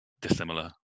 dissimilar